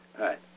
right